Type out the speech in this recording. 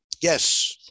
Yes